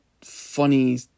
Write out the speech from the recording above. funny